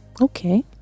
Okay